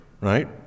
right